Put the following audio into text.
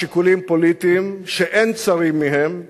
משיקולים פוליטיים שאין צרים מהם,